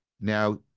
now